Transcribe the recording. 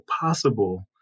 possible